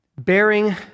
bearing